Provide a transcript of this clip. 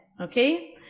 Okay